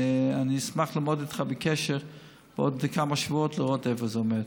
אני אשמח לעמוד איתך בקשר בעוד כמה שבועות לראות איפה זה עומד.